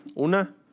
una